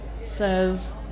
says